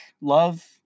love